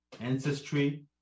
ancestry